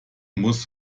muss